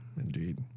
indeed